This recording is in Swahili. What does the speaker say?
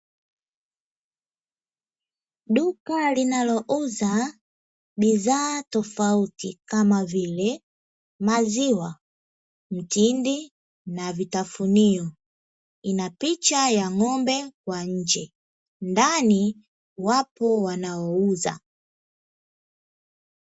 Duka linalouza bidhaa tofauti kama vile: maziwa, mtindi na vitafunio. Ina picha ya ng'ombe kwa nje, ndani wapo wanaouza.